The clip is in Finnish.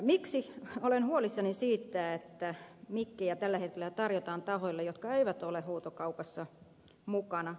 miksi olen huolissani siitä että mikkejä tällä hetkellä tarjotaan tahoille jotka eivät ole huutokaupassa mukana